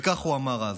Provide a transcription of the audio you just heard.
וכך הוא אמר אז: